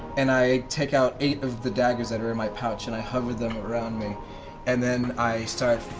and i take out eight of the daggers that are in my pouch and i hover them around me and then i start